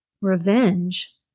Revenge